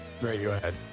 Radiohead